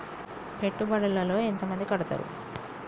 పెట్టుబడుల లో ఎంత మంది కడుతరు?